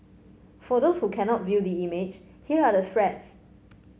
for those who cannot view the image here are the threats